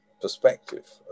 perspective